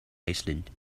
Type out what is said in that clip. iceland